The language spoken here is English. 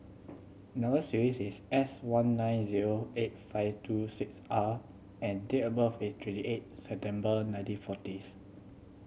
number S one nine zero eight five two six R and date of birth is twenty eight September nineteen forties